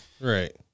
right